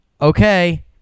Okay